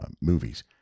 movies